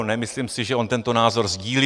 Nemyslím si, že on tento názor sdílí.